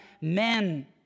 men